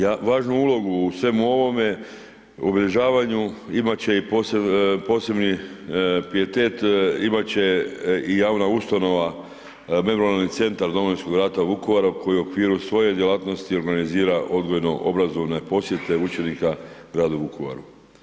Ja, važnu ulogu u svemu ovome obilježavanju imat će i posebni pijetet imat će i javna ustanova Memorijalni centar Domovinskog rata Vukovara koji u okviru svoje djelatnosti organizira odgojno obrazovne posjete učenika gradu Vukovaru.